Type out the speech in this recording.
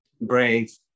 brave